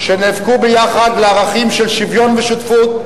שנאבקו ביחד לערכים של שוויון ושותפות,